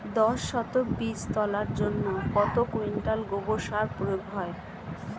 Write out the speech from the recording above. দশ শতক বীজ তলার জন্য কত কুইন্টাল গোবর সার প্রয়োগ হয়?